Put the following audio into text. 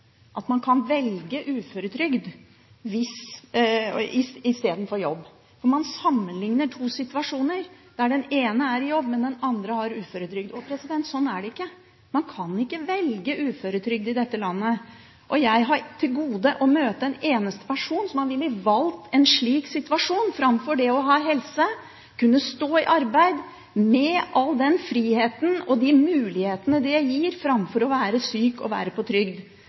at man kan velge uføretrygd i stedet for jobb. Man sammenlikner to situasjoner der den ene er jobb, mens den andre er uføretrygd. Sånn er det ikke. Man kan ikke velge uføretrygd i dette landet. Jeg har til gode å møte en person som ville velge en slik situasjon, framfor å ha helse, kunne stå i arbeid, med all den friheten og de mulighetene det gir, framfor å være syk og å være på trygd.